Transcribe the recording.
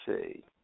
see